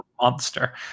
monster